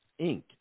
Inc